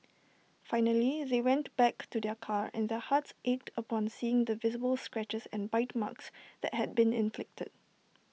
finally they went back to their car and their hearts ached upon seeing the visible scratches and bite marks that had been inflicted